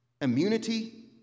immunity